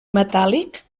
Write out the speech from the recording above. metàl·lic